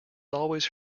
always